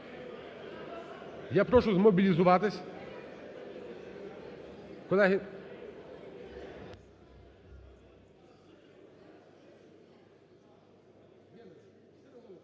Я прошу змобілізуватись,